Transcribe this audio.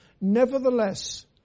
Nevertheless